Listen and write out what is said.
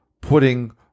putting